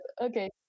Okay